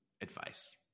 advice